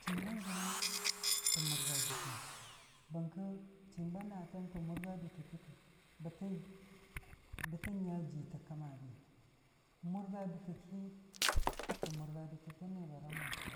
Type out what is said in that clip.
Chiim ba jɨnɨm tə mʊrga dute, bɨngkə chiim ba naatəm tə mʊrga dutə ki bətə-bətə nya jii tə kəma bi, mʊrga dutə ki, tə mʊrga dutə tən nibara mʊ ki,